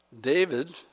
David